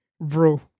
bro